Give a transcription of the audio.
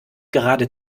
gerade